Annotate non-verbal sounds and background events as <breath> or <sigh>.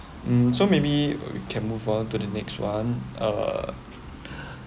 hmm so maybe we can move on to the next one uh <breath>